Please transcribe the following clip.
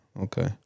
Okay